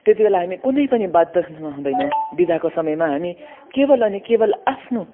त्यति बेला हामी कुनै हुँदैन बिदाको समयमा हामी केवल अनि केवल आफ्नो